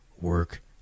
Work